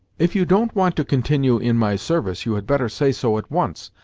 if you don't want to continue in my service you had better say so at once.